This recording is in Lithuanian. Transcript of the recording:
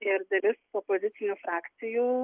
ir dalis opozicinių frakcijų